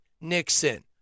Nixon